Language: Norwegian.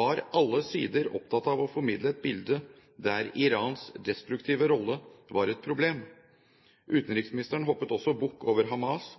var alle sider opptatt av å formidle et bilde der Irans destruktive rolle var et problem. Utenriksministeren hoppet også bukk over Hamas